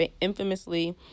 infamously